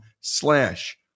slash